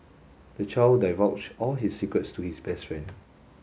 the child divulged all his secrets to his best friend